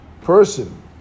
person